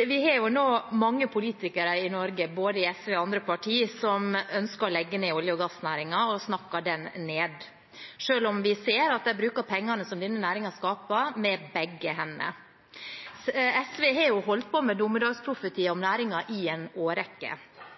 Vi har nå mange politikere i Norge, i både SV og andre partier, som ønsker å legge ned olje- og gassnæringen og snakker den ned, selv om vi ser at de bruker pengene som denne næringen skaper, med begge hender. SV har holdt på med dommedagsprofetier om næringen i en årrekke,